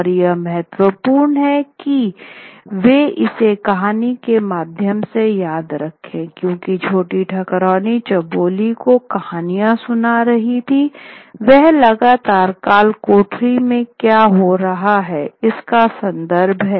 और यह महत्वपूर्ण है कि वे इसे कहानी के माध्यम से याद रखें क्योंकि छोटी ठकुराइन चौबोली को कहानियाँ सुना रही है वहाँ लगातार कालकोठरी में क्या हो रहा है इसका संदर्भ है